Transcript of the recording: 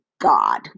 God